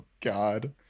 god